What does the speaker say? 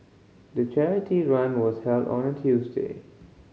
the charity run was held on a Tuesday